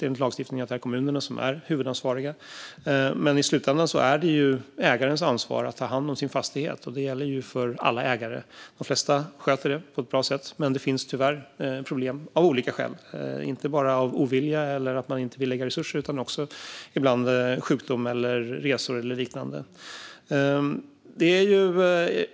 Enligt lagstiftningen är kommunerna huvudansvariga. I slutänden är det dock ägarens ansvar att ta hand om sin fastighet, och det gäller alla ägare. De flesta sköter sig, men det finns tyvärr också problem av olika slag. Det handlar inte bara om ovilja eller att man inte vill lägga resurser på det. Det kan också röra sig om sjukdom, resor eller liknande.